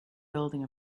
building